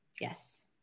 Yes